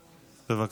בבקשה.